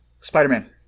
Spider-Man